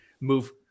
move